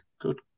good